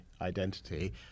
identity